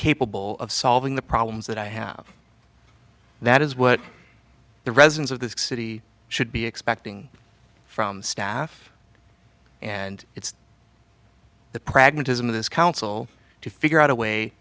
capable of solving the problems that i have that is what the residents of this city should be expecting from the staff and it's the pragmatism of this council to figure out a way